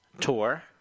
tour